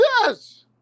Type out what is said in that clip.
Yes